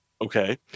Okay